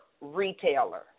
retailer